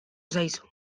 zaizu